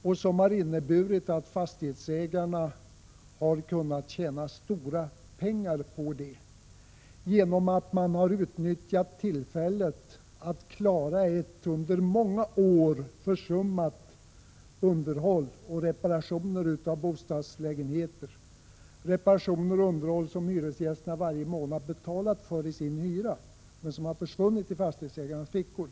De har inneburit att fastighetsägarna har kunnat tjäna stora pengar på dem genom att man har utnyttjat tillfället att klara under många år försummat underhåll och försummade reperationer av bostadslägenheter. Det gäller pengar för underhåll och reparationer som hyresgästerna varje månad betalat i sin hyra men som har försvunnit i fastighetsägarnas fickor.